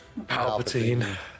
Palpatine